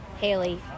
Haley